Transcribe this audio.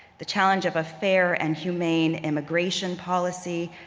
the challenge of a fair and humane immigration policy,